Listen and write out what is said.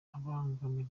abangamiwe